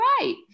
right